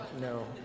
no